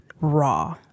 raw